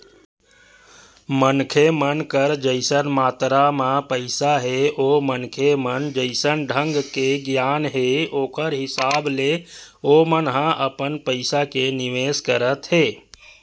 मनखे मन कर जइसन मातरा म पइसा हे ओ मनखे म जइसन ढंग के गियान हे ओखर हिसाब ले ओमन ह अपन पइसा के निवेस करत हे